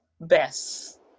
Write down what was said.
best